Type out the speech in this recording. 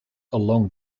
along